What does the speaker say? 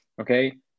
Okay